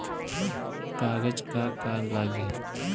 कागज का का लागी?